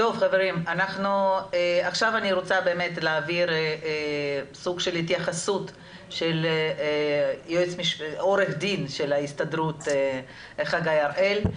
עכשיו אני רוצה להעביר להתייחסות של עורך דין של ההסתדרות חגי הראל.